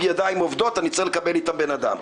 ידיים עובדות אני צריך לקבל את הבן אדם?"